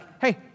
Hey